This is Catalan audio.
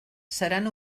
seran